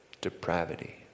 depravity